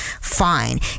fine